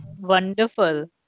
wonderful